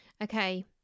Okay